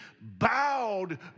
bowed